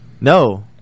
No